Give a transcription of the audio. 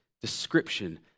description